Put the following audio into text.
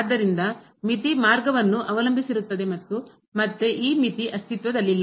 ಆದ್ದರಿಂದ ಮಿತಿ ಮಾರ್ಗವನ್ನು ಅವಲಂಬಿಸಿರುತ್ತದೆ ಮತ್ತು ಮತ್ತೆ ಈ ಮಿತಿ ಅಸ್ತಿತ್ವದಲ್ಲಿಲ್ಲ